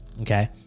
Okay